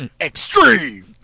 Extreme